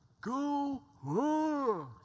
go